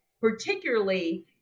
particularly